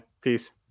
Peace